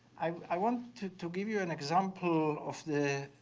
i want to to give you an example of the